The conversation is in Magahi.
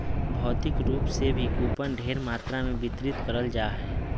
भौतिक रूप से भी कूपन ढेर मात्रा मे वितरित करल जा हय